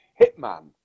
Hitman